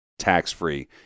tax-free